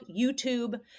YouTube